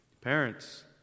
Parents